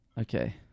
Okay